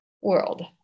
world